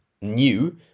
new